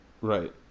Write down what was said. Right